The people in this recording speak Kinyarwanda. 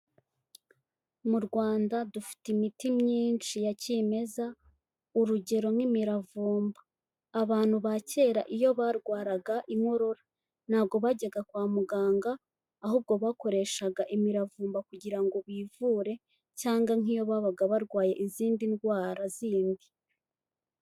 Mu Rwanda dufite imiti myinshi ya kimeza urugero nk'imiravumba, abantu ba kera iyo barwaraga inkorora ntago bajyaga kwa muganga, ahubwo bakoreshaga imiravumba kugira ngo bivure cyangwa nk'iyo babaga barwaye izindi ndwara zindi.